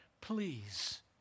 Please